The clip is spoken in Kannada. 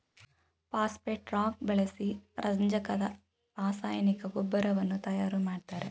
ಪಾಸ್ಪೆಟ್ ರಾಕ್ ಬಳಸಿ ರಂಜಕದ ರಾಸಾಯನಿಕ ಗೊಬ್ಬರವನ್ನು ತಯಾರು ಮಾಡ್ತರೆ